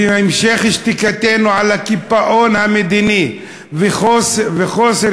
ובהמשך שתיקתנו על הקיפאון המדיני וחוסר